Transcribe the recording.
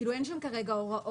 כאילו, אין שם כרגע הוראות.